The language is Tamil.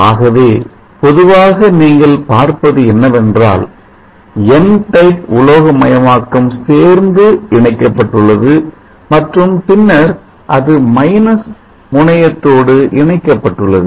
ஆகவே பொதுவாக நீங்கள் பார்ப்பது என்னவென்றால் என் N டைப் உலோகமயமாக்கம் சேர்ந்து இணைக்கப்பட்டுள்ளது மற்றும் பின்னர் அது மைனஸ் முனையத்தோடு இணைக்கப்பட்டுள்ளது